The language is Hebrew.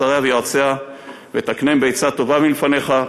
שריה ויועציה ותקנם בעצה טובה מלפניך.